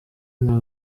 mwa